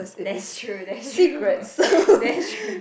that's true that's true that's true